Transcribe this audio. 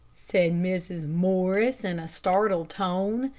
said mrs. morris, in a startled tone.